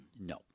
No